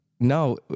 No